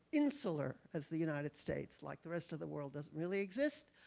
insular, as the united states, like the rest of the world doesn't really exist.